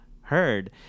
heard